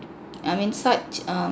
I mean such err